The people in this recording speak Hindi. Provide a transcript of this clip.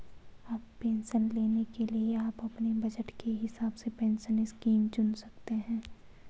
अब पेंशन लेने के लिए आप अपने बज़ट के हिसाब से पेंशन स्कीम चुन सकते हो